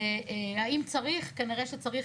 האם צריך כנראה שצריך,